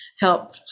help